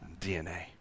DNA